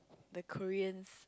the Koreans